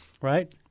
Right